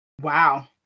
Wow